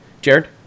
Jared